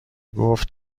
گفت